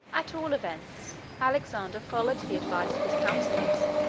at all events, alexander followed the advice of his counselors,